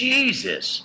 Jesus